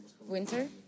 winter